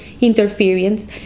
interference